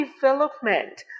development